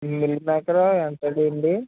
mill maker ఎంతదండి